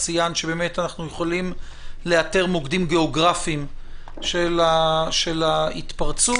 ציינת שאנחנו יכולים לאתר מוקדים גיאוגרפיים של ההתפרצות.